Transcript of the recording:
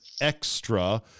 extra